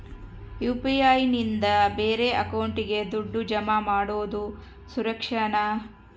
UPI ನಿಂದ ಬೇರೆ ಅಕೌಂಟಿಗೆ ದುಡ್ಡು ಜಮಾ ಮಾಡೋದು ಸುರಕ್ಷಾನಾ?